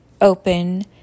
open